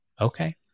okay